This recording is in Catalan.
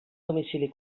domicili